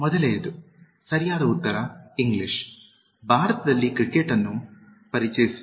ಮೊದಲನೆಯದು ಸರಿಯಾದ ಉತ್ತರ ಇಂಗ್ಲಿಷ್ ಭಾರತದಲ್ಲಿ ಕ್ರಿಕೆಟ್ ಅನ್ನು ಪರಿಚಯಿಸಿತು